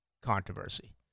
controversy